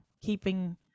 keeping